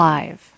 Live